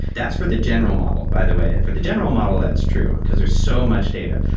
that's for the general model, by the way. for the general model, that's true, because there's so much data.